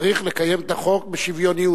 צריך לקיים את החוק בשוויוניות.